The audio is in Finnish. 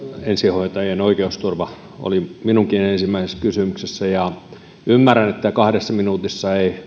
ensihoitajien oikeusturva oli minunkin ensimmäisessä kysymyksessäni ja ymmärrän että kahdessa minuutissa ei